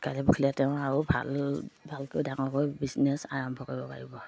কালি পৰহিলৈ তেওঁ আৰু ভাল ভালকৈ ডাঙৰকৈ বিজনেছ আৰম্ভ কৰিব পাৰিব